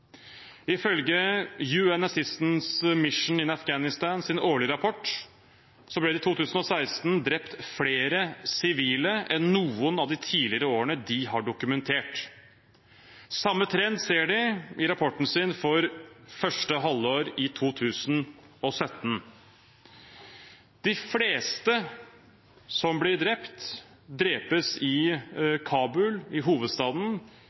Ifølge den årlige rapporten til UN Assistance Mission in Afghanistan ble det i 2016 drept flere sivile enn i noen av de tidligere årene de har dokumentert. Samme trend ser de i rapporten sin for første halvår i 2017. De fleste som blir drept, drepes i Kabul, i hovedstaden,